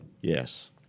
yes